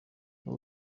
aho